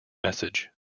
message